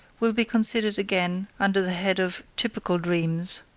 will be considered again under the head of typical dreams.